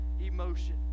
emotion